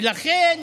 ולכן